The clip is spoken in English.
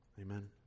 Amen